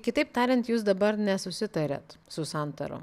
kitaip tariant jūs dabar nesusitariat su santarom